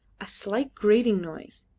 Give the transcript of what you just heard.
a slight grating noise,